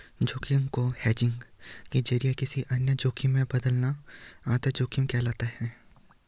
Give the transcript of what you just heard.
जोखिम को हेजिंग के जरिए किसी अन्य जोखिम में बदलना आधा जोखिम कहलाता है